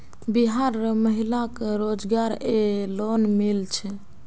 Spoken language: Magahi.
बिहार र महिला क रोजगार रऐ लोन मिल छे